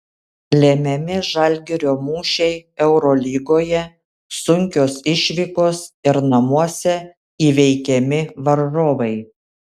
lemiami žalgirio mūšiai eurolygoje sunkios išvykos ir namuose įveikiami varžovai